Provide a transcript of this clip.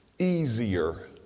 easier